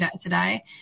today